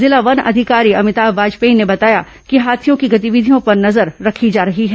जिला वन अधिकारी अमिताम वाजपेयी ने बताया कि हाथियों की गतिविधियों पर नजर रखी जा रही है